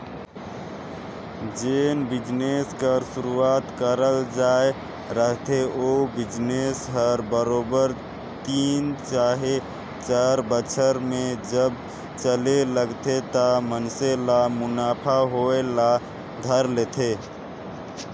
जेन बिजनेस कर सुरूवात करल जाए रहथे ओ बिजनेस हर बरोबेर तीन चहे चाएर बछर में जब चले लगथे त मइनसे ल मुनाफा होए ल धर लेथे